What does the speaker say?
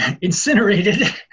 incinerated